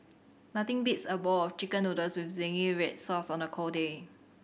nothing beats a bowl of Chicken Noodles with zingy red sauce on a cold day